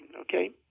okay